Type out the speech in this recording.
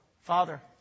Father